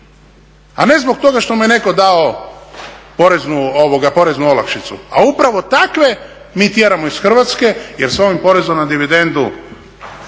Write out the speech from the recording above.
a ne zbog toga što mu je netko dao poreznu olakšicu. A upravo takve mi tjeramo iz Hrvatske jer s ovim porezom na dividendu